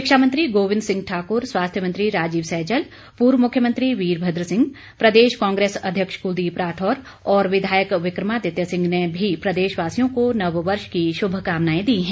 शिक्षा मंत्री गोविंद सिंह ठाकुर स्वास्थ्य मंत्री राजीव सैजल पूर्व मुख्यमंत्री वीरभद्र सिंह प्रदेश कांग्रेस अध्यक्ष कुलदीप राठौर व विधायक विक्रमादित्य सिंह ने भी प्रदेशवासियों को नववर्ष की शुभकामनाएं दी हैं